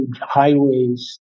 highways